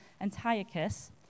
Antiochus